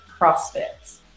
crossfit